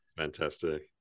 fantastic